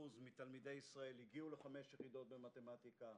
מתלמידי ישראל הגיעו ל-5 יחידות במתמטיקה.